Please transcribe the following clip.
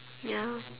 ya